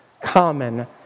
common